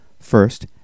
First